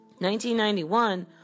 1991